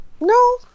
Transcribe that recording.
no